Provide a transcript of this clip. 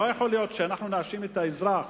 לא יכול להיות שאנחנו נאשים את האזרח,